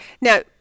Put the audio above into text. Now